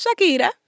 Shakira